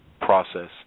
process